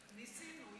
ניסינו.